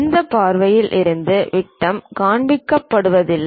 இந்த பார்வையில் இருந்து விட்டம் காண்பிக்கப்படுவதில்லை